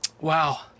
Wow